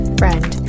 friend